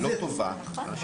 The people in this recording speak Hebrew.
תודה רבה, תמר.